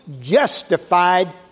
justified